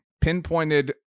pinpointed